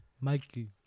Mikey